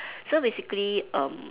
so basically um